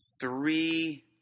three